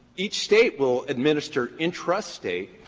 each state will administer intrastate,